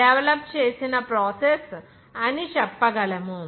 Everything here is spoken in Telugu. Gilliland డెవలప్ చేసిన ప్రాసెస్ అని చెప్పగలము